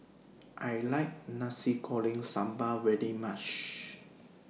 I like Nasi Goreng Sambal very much